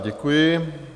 Děkuji.